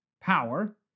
power